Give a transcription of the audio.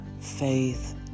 faith